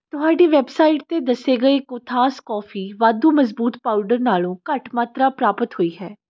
ਤੁਹਾਡੀ ਵੈੱਬਸਾਈਟ 'ਤੇ ਦੱਸੇ ਗਏ ਕੋਥਾਸ ਕੌਫੀ ਵਾਧੂ ਮਜ਼ਬੂਤ ਪਾਊਡਰ ਨਾਲੋਂ ਘੱਟ ਮਾਤਰਾ ਪ੍ਰਾਪਤ ਹੋਈ ਹੈ